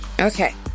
Okay